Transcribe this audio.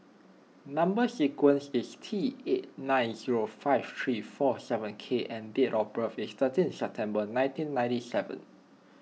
Number Sequence is T eight nine zero five three four seven K and date of birth is thirteenth September nineteen ninety seven